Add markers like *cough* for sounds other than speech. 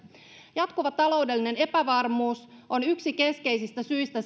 jatkuva taloudellinen epävarmuus on yksi keskeisistä syistä *unintelligible*